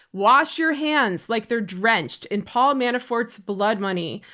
wash your hands like they are drenched in paul manafort's blood money.